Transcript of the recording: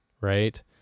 right